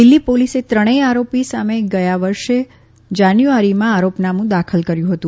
દિલ્હી પોલીસે ત્રણેય આરોપી સામે ગયા વર્ષે જાન્યુઆરીમાં આરોપનામું દાખલ કર્યુ હતું